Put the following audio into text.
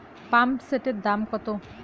পাম্পসেটের দাম কত?